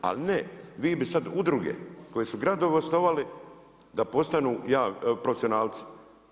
Ali ne, vi bi sad udruge koje su gradovi osnovali da postanu profesionalci.